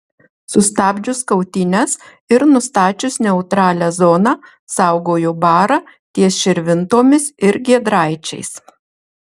sustabdžius kautynes ir nustačius neutralią zoną saugojo barą ties širvintomis ir giedraičiais